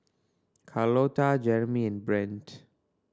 Carlota Jeramy and Brent